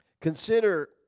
consider